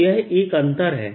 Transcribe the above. तो यह एक अंतर है